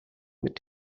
mit